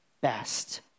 best